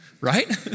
right